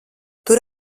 tur